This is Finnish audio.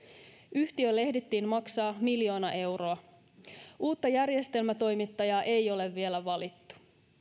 yhtiölle ehdittiin maksaa miljoona euroa uutta järjestelmätoimittajaa ei ole vielä valittu